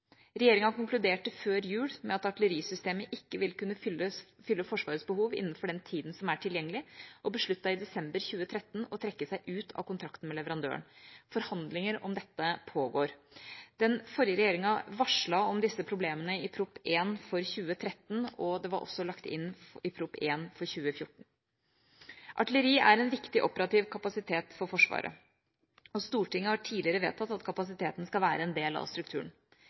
Regjeringa konkluderte før jul med at artillerisystemet ikke vil kunne fylle Forsvarets behov innenfor den tida som er tilgjengelig, og besluttet i desember 2013 å trekke seg ut av kontrakten med leverandøren. Forhandlinger om dette pågår. Den forrige regjeringa varslet om disse problemene i Prop. 1 for 2013, og det var også lagt inn i Prop. 1 for 2014. Artilleri er en viktig operativ kapasitet for Forsvaret, og Stortinget har tidligere vedtatt at kapasiteten skal være en del av strukturen.